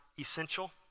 essential